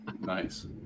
Nice